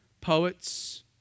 poets